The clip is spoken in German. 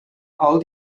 all